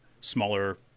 smaller